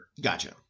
Gotcha